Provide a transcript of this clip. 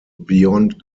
beyond